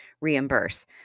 reimburse